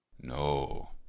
no